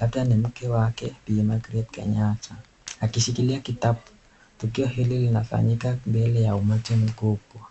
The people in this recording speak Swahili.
labda ni mke wake Bi Margaret Kenyatta akishikilia kitabu, kituo hili linafanyika mbele ya umati mkubwa.